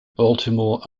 baltimore